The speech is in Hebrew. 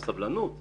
סבלנות.